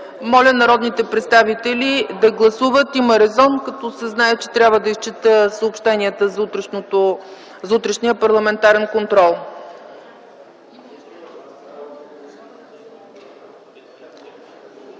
Моля, народните представители да гласуват. Има резон, като се знае, че трябва да изчета съобщенията за утрешния парламентарен контрол.